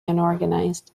unorganized